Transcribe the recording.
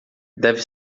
deve